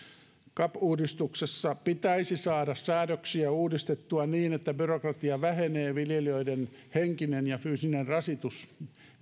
cap uudistuksessa pitäisi saada säädöksiä uudistettua niin että byrokratia vähenisi ja viljelijöiden henkinen ja fyysinen rasitus